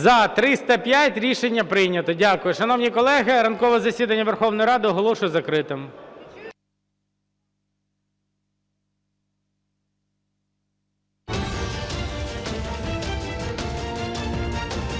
За-305 Рішення прийнято. Дякую. Шановні колеги, ранкове засідання Верховної Ради оголошую закритим.